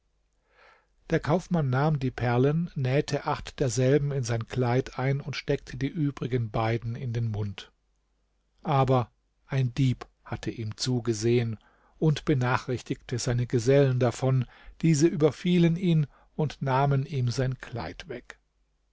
der kaufmann nahm die perlen nähte acht derselben in sein kleid ein und steckte die übrigen beiden in den mund aber ein dieb hatte ihm zugesehn und benachrichtigte seine gesellen davon diese überfielen ihn und nahmen ihm sein kleid weg